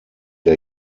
der